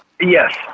Yes